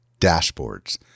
dashboards